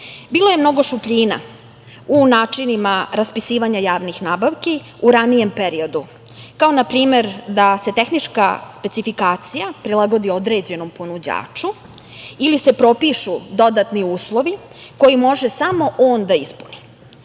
Bilo je mnogo šupljina u načinima raspisivanja javnih nabavki, u ranijem periodu, kao na primer da se tehnička specifikacija prilagodi određenom ponuđaču, ili se propišu dodatni uslovi koji može samo on da ispuni. Jedan